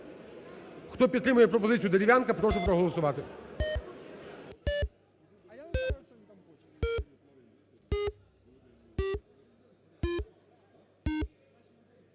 Хто підтримує пропозицію Дерев'янка, прошу проголосувати.